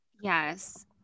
yes